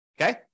Okay